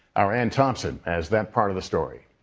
our anne thompson has that part of the story.